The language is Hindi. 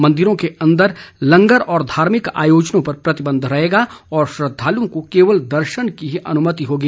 मन्दिरों के अन्दर लंगर और धार्मिक आयोजनों पर प्रतिबन्ध रहेगा और श्रद्वालुओं को केवल दर्शन की ही अनुमति होगी